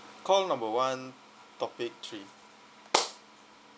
call number one topic three